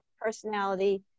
personality